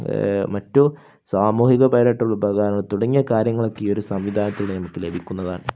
മറ്റു സാമൂഹികപരമായിട്ടുള്ള ഉപകാരങ്ങൾ തുടങ്ങിയ കാര്യങ്ങളൊക്കെ ഈ ഒരു സംവിധാനത്തിലൂടെ നമുക്ക് ലഭിക്കുന്നതാണ്